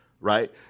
Right